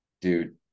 Dude